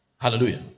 Hallelujah